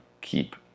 keep